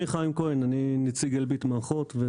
שמי חיים כהן אני נציג אלביט מערכות.